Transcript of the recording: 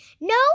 No